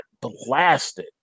blasted